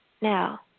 Now